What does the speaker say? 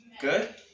Good